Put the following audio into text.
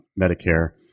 Medicare